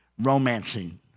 romancing